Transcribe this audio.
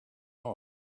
off